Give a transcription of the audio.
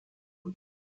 und